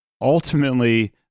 Ultimately